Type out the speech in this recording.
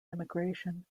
immigration